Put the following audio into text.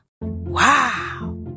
wow